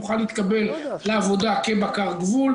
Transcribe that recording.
יוכל להתקבל לעבודה כבקר גבול.